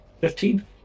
Fifteen